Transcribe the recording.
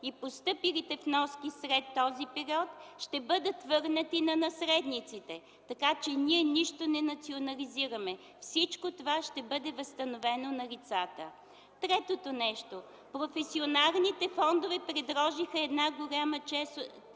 и постъпилите вноски след този период ще бъдат върнати на наследниците. Така че ние нищо не национализираме. Всичко това ще бъде възстановено на лицата. Трето, професионалните фондове предложиха една голяма част от